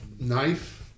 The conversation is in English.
knife